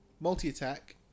Multi-attack